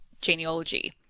genealogy